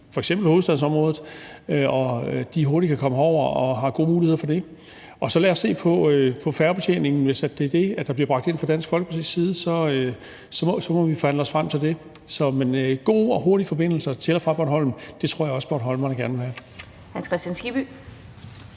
f.eks. i hovedstadsområdet, hurtigt kan komme herover og har gode muligheder for det. Og så lad os se på færgebetjeningen. Hvis det er det, der bliver bragt ind fra Dansk Folkepartis side, så må vi forhandle os frem til det. Men gode og hurtige forbindelser til og fra Bornholm tror jeg også at bornholmerne gerne vil have. Kl. 12:31 Den fg.